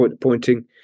pointing